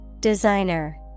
Designer